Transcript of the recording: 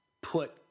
put